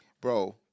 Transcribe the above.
bro